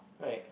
right